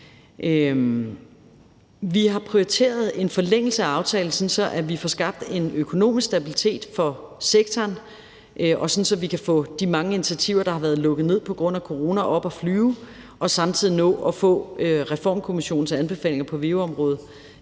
Vi har prioriteret en forlængelse af aftalen, sådan at vi får skabt en økonomisk stabilitet for sektoren, og sådan at vi kan få de mange initiativer, der har været lukket ned på grund af corona, op at flyve og samtidig nå at få Reformkommissionens anbefalinger på veu-området,